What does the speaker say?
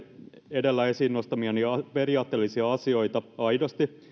edellä esiin nostamiani periaatteellisia asioita aidosti